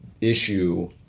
issue